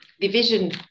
division